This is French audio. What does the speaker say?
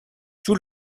sous